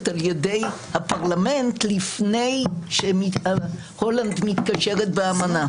על ידי הפרלמנט לפני שהולנד מתקשרת באמנה.